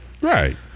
right